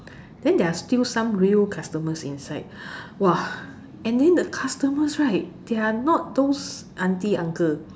then there are still some real customers inside !wah! and then the customers right they are not those auntie uncle